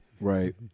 Right